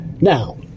Now